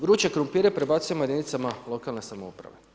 Vruće krumpire prebacujemo jedinicama lokalne samouprave.